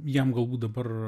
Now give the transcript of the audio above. jam galbūt dabar